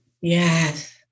Yes